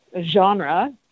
genre